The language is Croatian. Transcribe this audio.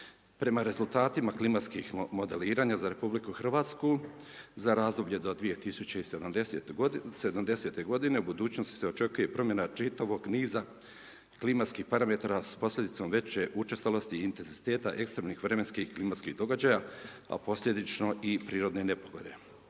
Prema rezultatima klimatskih modeliranja za RH, za razdoblje 2070. g. u budućnosti se očekuje promjena čitavih niza klimatskih parametara, s posljedice veće učestalosti i intenziteta ekstremnih vremenskih klimatskih događa, a posljedično i prirodne nepogode.